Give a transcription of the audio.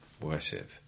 worship